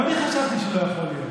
גם אני חשבתי שלא יכול להיות.